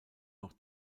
noch